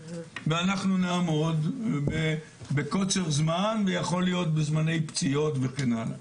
ואנחנו נעמוד בקוצר זמן ויכול להיות בזמני פציעות וכן הלאה.